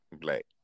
black